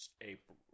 April